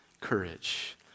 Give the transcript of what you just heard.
courage